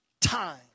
time